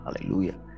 Hallelujah